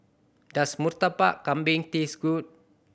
does Murtabak Kambing taste good